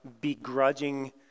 begrudging